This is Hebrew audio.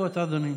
שלוש דקות, אדוני.